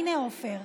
הינה עפר: